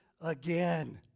again